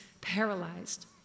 paralyzed